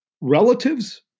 Relatives